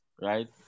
right